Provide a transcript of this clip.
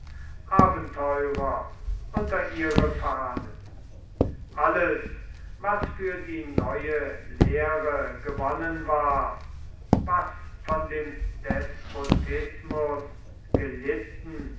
abenteurer unter ihre fahnen alles was für die neue lehre gewonnen war was von dem despotismus gelitten